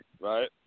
right